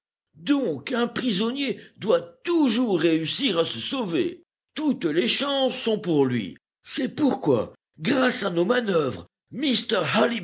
donc un prisonnier doit toujours réussir à se sauver toutes les chances sont pour lui c'est pourquoi grâce à nos manœuvres